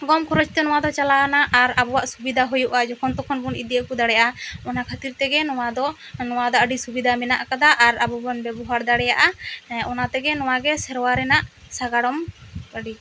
ᱠᱚᱢ ᱠᱷᱚᱨᱚᱪ ᱛᱮ ᱱᱚᱣᱟ ᱫᱚ ᱪᱟᱞᱟᱣ ᱮᱱᱟ ᱟᱨ ᱟᱵᱚᱣᱟᱜ ᱥᱩᱵᱤᱫᱟ ᱦᱩᱭᱩᱜᱼᱟ ᱡᱚᱠᱷᱚᱱ ᱛᱚᱠᱷᱚᱱ ᱵᱚᱱ ᱤᱫᱤ ᱟᱹᱜᱩ ᱫᱟᱲᱮᱭᱟᱜᱼᱟ ᱚᱱᱟ ᱠᱷᱟᱹᱛᱤᱨ ᱛᱮᱜᱮ ᱱᱚᱣᱟ ᱫᱚ ᱱᱚᱣᱟ ᱫᱚ ᱟᱹᱰᱤ ᱥᱩᱵᱤᱫᱟ ᱢᱮᱱᱟᱜ ᱠᱟᱫᱟ ᱟᱨ ᱟᱵᱚ ᱵᱚᱱ ᱵᱮᱵᱚᱦᱟᱨ ᱫᱟᱲᱮᱭᱟᱜᱼᱟ ᱚᱱᱟ ᱛᱮᱜᱮ ᱱᱚᱣᱟ ᱜᱮ ᱥᱮᱨᱣᱟ ᱨᱮᱱᱟᱜ ᱥᱟᱜᱟᱲᱚᱢ ᱜᱟᱹᱰᱤ